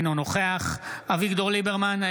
אינו נוכח אביגדור ליברמן,